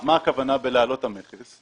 מה הכוונה להעלות את המכס?